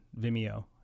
Vimeo